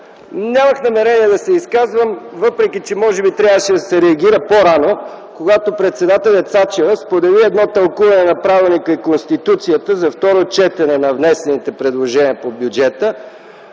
Нямах намерение да се изказвам, въпреки че може би трябваше да се реагира по-рано, когато председателят Цачева сподели едно тълкуване на правилника и Конституцията – за второ четене на внесените предложения по бюджета,